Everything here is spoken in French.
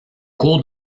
cours